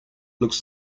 looks